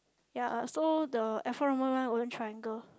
ya so the Alfa Romeo one triangle